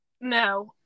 No